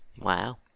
Wow